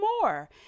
more